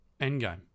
Endgame